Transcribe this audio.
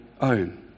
own